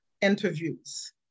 interviews